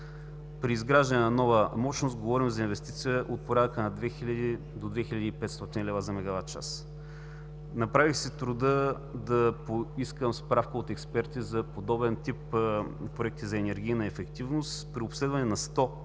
При изграждане на нова мощност говорим за инвестиция от порядъка на 2000 до 2500 лв. за мегаватчас. Направих си труда да поискам справка от експерти за подобен тип проекти за енергийна ефективност. При обследване на 100 такива